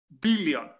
billion